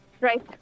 right